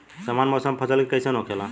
सामान्य मौसम फसल के लिए कईसन होखेला?